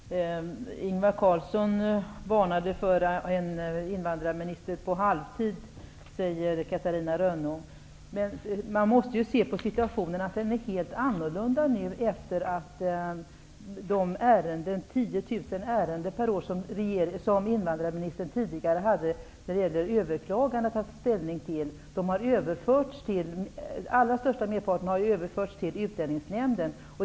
Herr talman! Ingvar Carlsson varnade för att ha en invandrarminister på halvtid, säger Catarina Rönnung. Men man måste se att situationen nu är helt annorlunda efter att merparten av de 10 000 ärenden med överklaganden per år, som invandrarministern tidigare hade att ta ställning till, nu har överförts till Utlänningsnämnden.